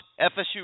fsu